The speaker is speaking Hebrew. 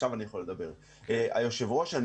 היושב ראש,